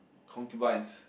concubines